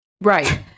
Right